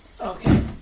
Okay